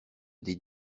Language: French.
des